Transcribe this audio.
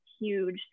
huge